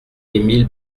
émile